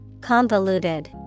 Convoluted